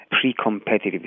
pre-competitive